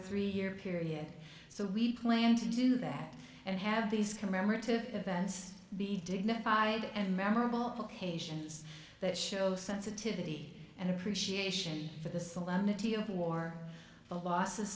three year period so we plan to do that and have these commemorative events be dignified and memorable occupations that show sensitivity and appreciation for the solemnity of war the losses